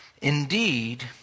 Indeed